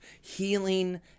healing